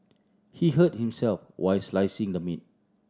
he hurt himself while slicing the meat